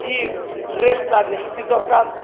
ଇ ଡ୍ରେସ୍ଟା ନିହାତି ଦର୍କାର୍